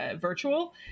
virtual